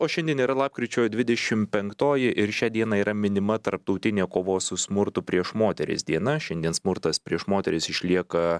o šiandien yra lapkričio dvidešim penktoji ir šią dieną yra minima tarptautinė kovos su smurtu prieš moteris diena šiandien smurtas prieš moteris išlieka